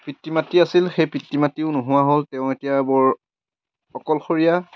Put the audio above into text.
পিতৃ মাতৃ আছিল সেই পিতৃ মাতৃও নোহোৱা হ'ল তেওঁ এতিয়া বৰ অকলশৰীয়া